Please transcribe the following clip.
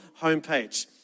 homepage